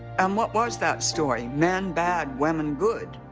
and what was that story? men bad, women good,